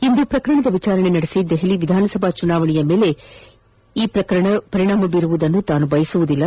ಇಂದು ಪ್ರಕರಣದ ವಿಚಾರಣೆ ನಡೆಸಿ ದೆಹಲಿ ವಿಧಾನಸಭಾ ಚುನಾವಣೆಯ ಮೇಲೆ ಅದರ ಪರಿಣಾಮ ಬೀರುವುದನ್ನು ತಾನು ಬಯಸುವುದಿಲ್ಲ